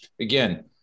again